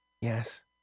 Yes